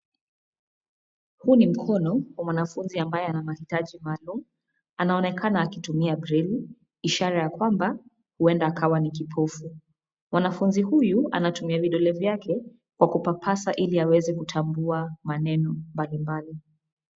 Huu ni mkono wa mwanafuzi ambaye ana mahitaji maalumu, Anaonekana akitumia breili, ishara ya kwamba huenda akawa ni kipofu. Mwanafuzi huyu anatumia vidole vyake kwa kupapasa ili aweze kutambua maneno mbalimbali.